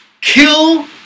kill